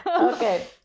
Okay